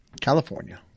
California